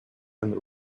and